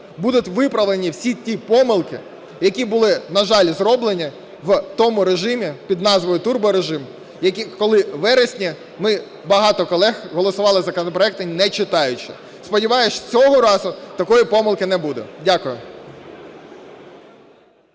будуть виправлені всі ті помилки, які були, на жаль, зроблені в тому режимі під назвою "турборежим", коли в вересні багато колег голосували законопроекти, не читаючи. Сподіваюся, що цього разу такої помилки не буде. Дякую.